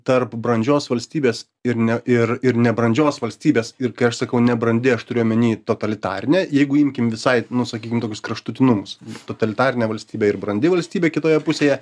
tarp brandžios valstybės ir ne ir ir nebrandžios valstybės ir kai aš sakau nebrandi aš turiu omeny totalitarinę jeigu imkim visai nu sakykim tokius kraštutinumus totalitarinė valstybė ir brandi valstybė kitoje pusėje